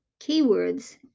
keywords